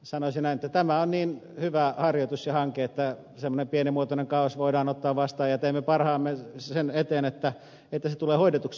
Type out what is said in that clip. sanoisin näin että tämä on niin hyvä harjoitus ja hanke että semmoinen pienimuotoinen kaaos voidaan ottaa vastaan ja teemme parhaamme sen eteen että se tulee hoidetuksi